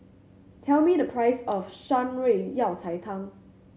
tell me the price of Shan Rui Yao Cai Tang